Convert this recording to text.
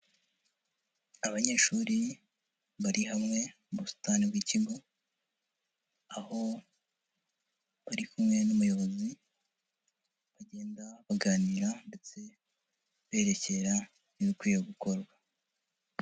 Abanyeshuri bari hamwe mu busitani bw'ikigo, aho bari kumwe n'umuyobozi bagenda baganira ndetse aberekera ibikwiye gukorwa.